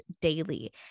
daily